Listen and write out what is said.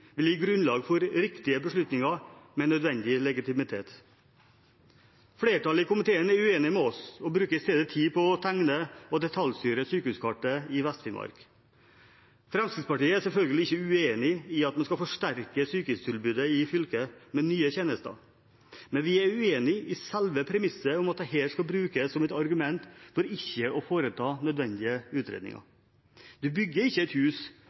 vil gi grunnlag for riktige beslutninger med nødvendig legitimitet. Flertallet i komiteen er uenig med oss og bruker i stedet tid på å tegne og detaljstyre sykehuskartet i Vest-Finnmark. Fremskrittspartiet er selvfølgelig ikke uenig i at man skal forsterke sykehustilbudet i fylket med nye tjenester, men vi er uenige i selve premisset om at dette skal brukes som argument for ikke å foreta nødvendige utredninger. Man bygger ikke et hus